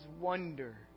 wonder